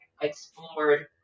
explored